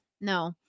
no